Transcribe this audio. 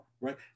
right